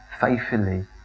faithfully